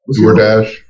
DoorDash